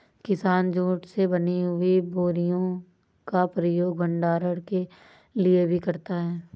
किसान जूट से बनी हुई बोरियों का प्रयोग भंडारण के लिए भी करता है